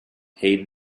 heed